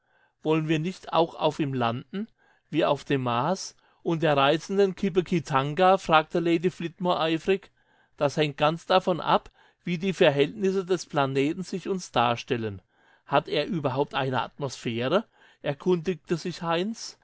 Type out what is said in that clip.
wollen wir nicht auch auf ihm landen wie auf dem mars und der reizenden tipekitanga fragte lady flitmore eifrig das hängt ganz davon ab wie die verhältnisse des planeten sich uns darstellen hat er überhaupt eine atmosphäre erkundigte sich heinz